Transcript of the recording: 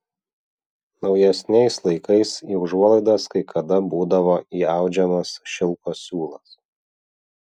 naujesniais laikais į užuolaidas kai kada būdavo įaudžiamas šilko siūlas